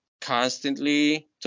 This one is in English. constantly